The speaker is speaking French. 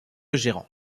gérant